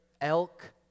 elk